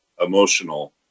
emotional